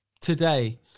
today –